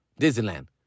Disneyland